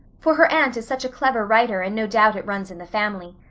for her aunt is such a clever writer and no doubt it runs in the family.